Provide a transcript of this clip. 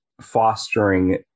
fostering